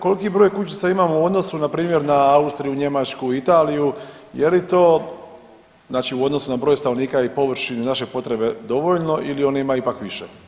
Koliko je, koliki broj kućica imamo u odnosu npr. na Austriju, Njemačku, Italiju je li to, znači u odnosu na broj stanovnika i površinu i naše potrebe dovoljno ili oni imaju ipak više?